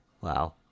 wow